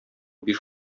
биш